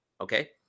okay